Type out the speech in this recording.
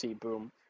boom